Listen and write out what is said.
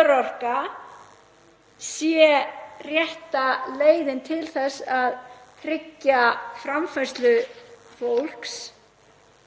örorka sé rétta leiðin til að tryggja framfærslu fólks